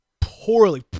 poorly